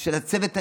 של הצוות הניהולי,